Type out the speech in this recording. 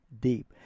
deep